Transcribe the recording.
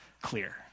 clear